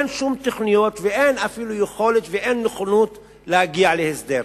אין שום תוכניות ואין אפילו יכולת ואין נכונות להגיע להסדר.